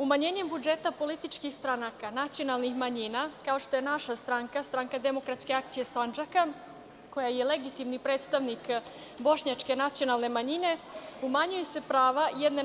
Umanjenjem budžeta političkih stranaka nacionalnih manjina, kao što je naša stranka, SDA Sandžaka, koja je legitimni predstavnik bošnjačke nacionalne manjine, umanjuju se prava jedne